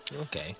Okay